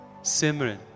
Simran